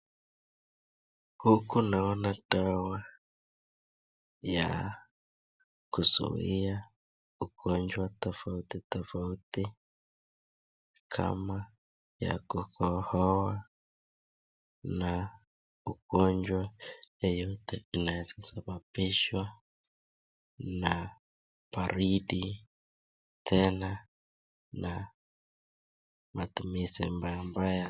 Huku ninaona dawa ya kuzuia ugonjwa tofauti tofauti kama ya kukohoa na ugonjwa yeyote inayosababisha na baridi tena na matumizi mbaya mbaya.